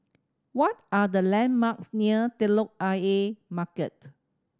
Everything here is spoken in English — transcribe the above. what are the landmarks near Telok Ayer Market